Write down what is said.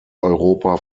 europa